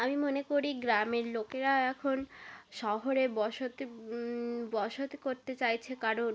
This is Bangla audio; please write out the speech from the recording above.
আমি মনে করি গ্রামের লোকেরা এখন শহরে বসতি বসতি করতে চাইছে কারণ